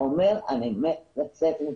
אומר שהוא מת לצאת מכאן.